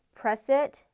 press it,